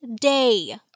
day